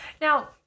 Now